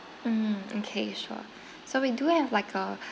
mm okay sure so we do have like a